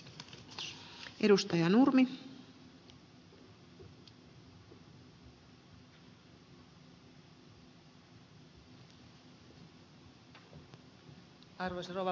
arvoisa rouva puhemies